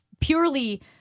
purely